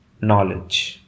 knowledge